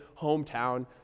hometown